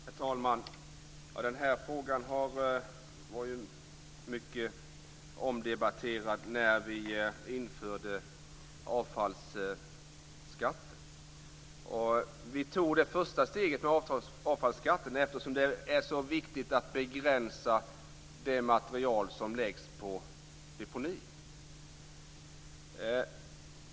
Herr talman! Den här frågan var ju mycket omdebatterad när vi införde avfallsskatten. Vi tog det första steget med avfallsskatten eftersom det är så viktigt att begränsa det material som läggs på deponi.